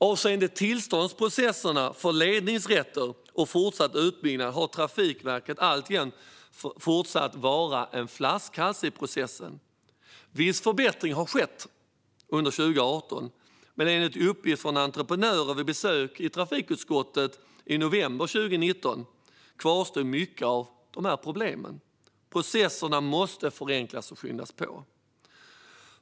Avseende tillståndsprocesserna för ledningsrätter och fortsatt utbyggnad är Trafikverket alltjämt en flaskhals i processen. Viss förbättring har skett under 2018, men enligt uppgift från entreprenörer vid besök i trafikutskottet i november 2019 kvarstår mycket av problemen. Processerna måste förenklas och skyndas på.